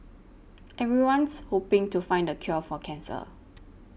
everyone's hoping to find the cure for cancer